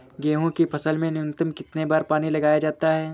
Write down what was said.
गेहूँ की फसल में न्यूनतम कितने बार पानी लगाया जाता है?